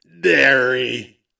dairy